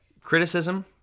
criticism